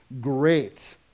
great